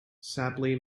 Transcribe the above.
sadly